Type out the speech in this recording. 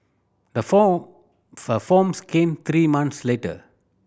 the form for forms came three months later